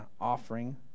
offering